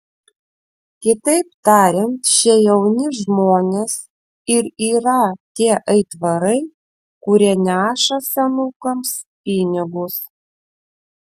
kitaip tariant šie jauni žmonės ir yra tie aitvarai kurie neša senukams pinigus